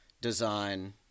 design